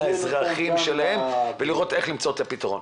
האזרחים שלהם ולראות איך למצוא את הפתרון.